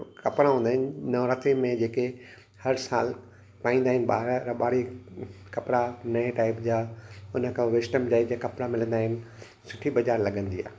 कपिड़ा हूंदा आहिनि नवरात्रीअ में जेके हर साल पाईंदा आहिनि ॿार रॿारी कपिड़ा नएं टाइप जा उन खां वेस्टर्न टाइप जा कपिड़ा मिलंदा आहिनि सुठी बज़ारु लॻंदी आहे